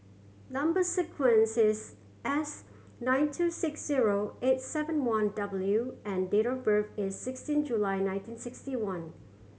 number sequence is S nine two six zero eight seven one W and date of birth is sixteen July nineteen sixty one